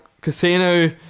casino